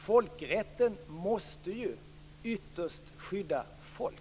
Folkrätten måste ytterst skydda folk.